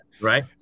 Right